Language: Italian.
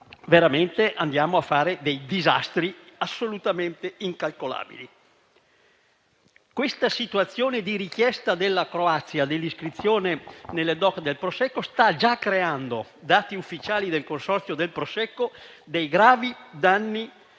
veramente faremmo dei disastri assolutamente incalcolabili. Questa richiesta della Croazia dell'iscrizione nelle DOC del Prosecco sta già creando, secondo i dati ufficiali del consorzio del Prosecco, gravi danni